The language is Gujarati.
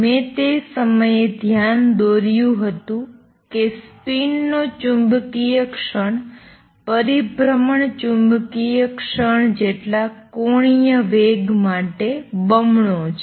મેં તે સમયે ધ્યાન દોર્યું હતું કે સ્પિનનો ચુંબકીય ક્ષણ પરિભ્રમણ ચુંબકીય ક્ષણ જેટલા અંગ્યુલર મોમેંટમ માટે બમણો છે